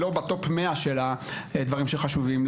לא בטופ 100 של הדברים שחשובים לה.